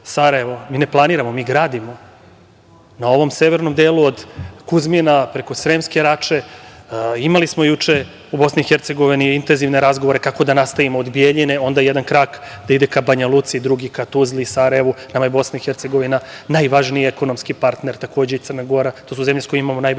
ne planiramo, mi gradimo. Na ovom severnom delu od Kuzmina preko Sremske Rače, imali smo juče u BiH intenzivne razgovore kako da nastavimo od Bjeljine, onda jedan krak da ide ka Banjaluci, drugi ka Tuzli, Sarajevu. Nama je BiH najvažniji ekonomski partner, takođe i Crna Gora, to su zemlje sa kojima imamo najveći